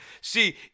See